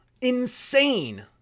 insane